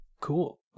Cool